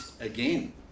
again